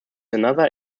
another